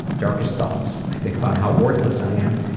darkest thoughts? i think about how worthless i am,